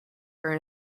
burn